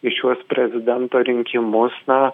į šiuos prezidento rinkimus na